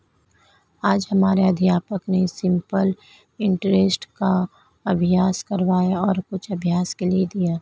आज हमारे अध्यापक ने हमें सिंपल इंटरेस्ट का अभ्यास करवाया और कुछ अभ्यास के लिए दिया